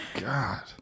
god